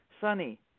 Sunny